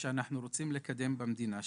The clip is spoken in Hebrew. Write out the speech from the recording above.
שאנחנו רוצים לקדם במדינה שלנו.